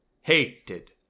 hated